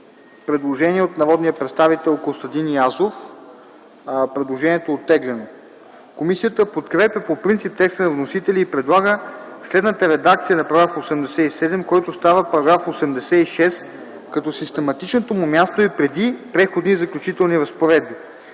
предложение от народния представители Костадин Язов. Предложението е оттеглено. Комисията подкрепя по принцип текста на вносителя и предлага следната редакция на § 87, който става § 86, като систематичното му място е преди Преходни и заключителни разпоредби: